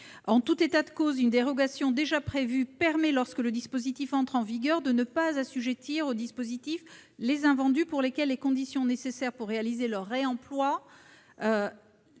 En tout état de cause, une dérogation déjà prévue permet, lorsque le dispositif entre en vigueur, de ne pas assujettir au dispositif les invendus pour lesquels les conditions nécessaires pour réaliser leur réemploi,